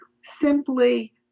simply